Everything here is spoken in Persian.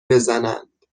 بزنند